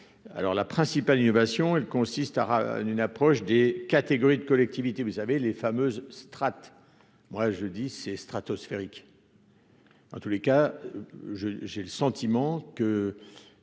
alors la principale innovation, elle consiste à ras, une approche des catégories de collectivités, vous savez, les fameuses strates, moi je dis c'est stratosphériques. En tous les cas je j'ai le sentiment que